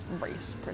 race